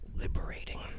liberating